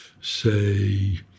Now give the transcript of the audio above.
say